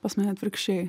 pas mane atvirkščiai